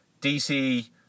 DC